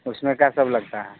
उसमें क्या सब लगता है